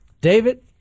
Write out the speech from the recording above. David